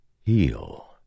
Heal